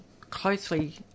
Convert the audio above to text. closely